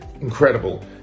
incredible